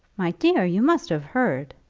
my dear, you must have heard.